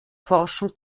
forschung